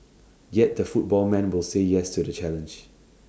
yet the football man will say yes to the challenge